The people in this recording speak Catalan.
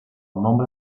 nombre